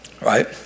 Right